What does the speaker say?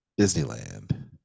Disneyland